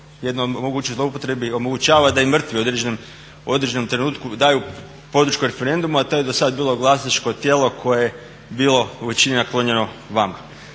jedna … omogućava da i mrtvi u određenom trenutku daju podršku referendumu, a to je dosad bilo glasačko tijelo koje je bilo u većini naklonjeno vama.